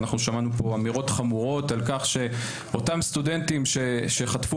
אנחנו שמענו פה אמירות חמורות על כך שאותם סטודנטים שחטפו